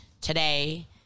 today